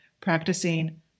practicing